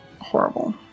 horrible